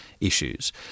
issues